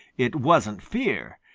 it wasn't fear.